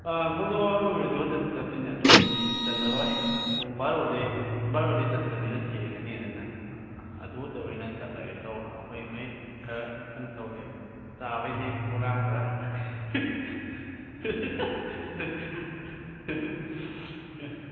ꯑꯥ Khongjom war memorial ꯑꯗꯨ ꯈꯛꯇ ꯆꯠꯇꯣꯏꯅꯦ ꯑꯇꯣꯞꯄꯗꯤ ꯆꯠꯂꯔꯣꯏ ꯄꯨꯡ ꯕꯥꯔꯣꯗꯩ ꯕꯥꯔꯣꯗꯩ ꯆꯠꯄꯅꯤꯅ ꯊꯦꯡꯉꯅꯤ ꯑꯗꯨꯅ ꯑꯗꯨꯗ ꯑꯣꯏꯅ ꯆꯠꯂꯒꯦ ꯇꯧꯕ ꯑꯩꯈꯣꯏ ꯃꯈꯩ ꯈꯔ ꯀꯩꯅꯣ ꯇꯧꯔ ꯂꯩꯕ ꯆꯥꯕꯩ ꯂꯩꯕ ꯄ꯭ꯔꯣꯒ꯭ꯔꯥꯝ ꯈꯔ